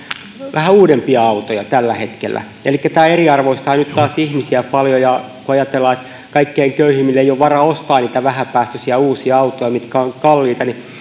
vähän uudempia autoja tällä hetkellä elikkä tämä eriarvoistaa nyt taas ihmisiä paljon kun ajatellaan että kaikkein köyhimmillä ei ole varaa ostaa niitä vähäpäästöisiä uusia autoja mitkä ovat kalliita niin